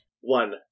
One